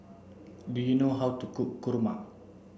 do you know how to cook kurma